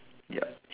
ya